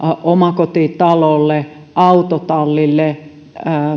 omakotitalolle autotallille